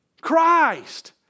Christ